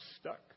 stuck